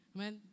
Amen